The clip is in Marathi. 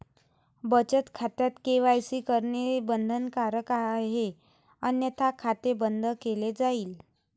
बचत खात्यात के.वाय.सी करणे बंधनकारक आहे अन्यथा खाते बंद केले जाईल